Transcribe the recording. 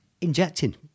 injecting